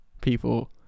people